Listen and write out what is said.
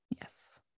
Yes